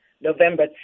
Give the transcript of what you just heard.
November